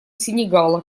сенегала